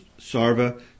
Sarva